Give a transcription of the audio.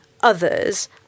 others